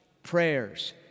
prayers